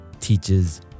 teaches